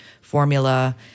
formula